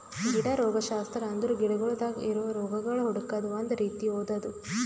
ಗಿಡ ರೋಗಶಾಸ್ತ್ರ ಅಂದುರ್ ಗಿಡಗೊಳ್ದಾಗ್ ಇರವು ರೋಗಗೊಳ್ ಹುಡುಕದ್ ಒಂದ್ ರೀತಿ ಓದದು